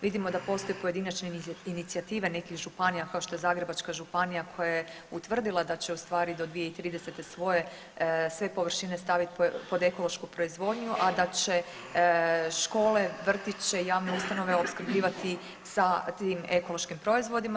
Vidimo da postoje pojedinačne inicijative nekih županija kao što je Zagrebačka županija koja je utvrdila da će ustvari do 2030. svoje sve površine stavit pod ekološku proizvodnju, a da će škole, vrtiće, javne ustanove opskrbljivati sa tim ekološkim proizvodima.